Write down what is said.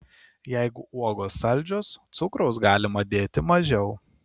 jeigu uogos saldžios cukraus galima dėti mažiau